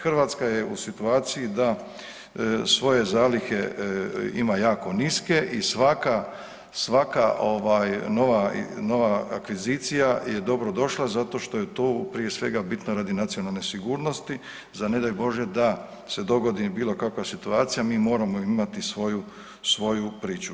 Hrvatska je u situaciji da svoje zalihe ima jako niske i svaka, svaka ovaj nova, nova akvizicija je dobro došla zato što je to prije svega bitno radi nacionalne sigurnosti za ne daj Bože da se dogodi bilo kakva situacija mi moramo imati svoju, svoju priču.